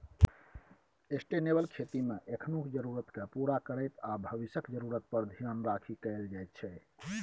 sustainable खेतीमे एखनुक जरुरतकेँ पुरा करैत आ भबिसक जरुरत पर धेआन राखि कएल जाइ छै